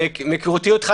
מהיכרותי אותך,